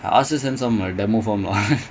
like